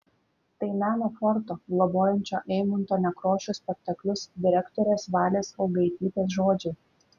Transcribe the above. tai meno forto globojančio eimunto nekrošiaus spektaklius direktorės valės augaitytės žodžiai